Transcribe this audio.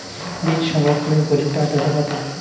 বীজ সংরক্ষণের উপযুক্ত আদ্রতা কত?